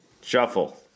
Shuffle